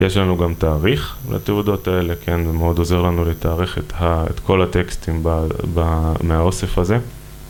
יש לנו גם תאריך לתעודות האלה ומאוד עוזר לנו לתאריך את כל הטקסטים מהאוסף הזה